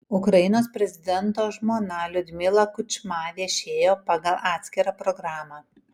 ukrainos prezidento žmona liudmila kučma viešėjo pagal atskirą programą